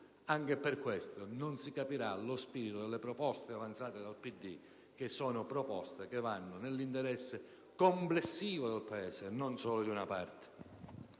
Anche per questo non si capirà lo spirito delle proposte avanzate dal PD che vanno nell'interesse complessivo del Paese e non solo di una sua parte.